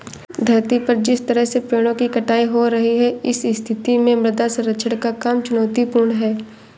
धरती पर जिस तरह से पेड़ों की कटाई हो रही है इस स्थिति में मृदा संरक्षण का काम चुनौतीपूर्ण है